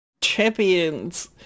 Champions